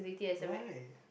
why